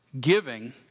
giving